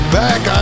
back